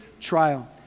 trial